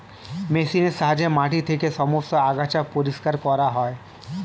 মেশিনের সাহায্যে মাটি থেকে সমস্ত আগাছা পরিষ্কার করা হয়